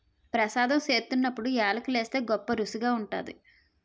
ప్రసాదం సేత్తున్నప్పుడు యాలకులు ఏస్తే గొప్పరుసిగా ఉంటాది